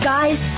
Guys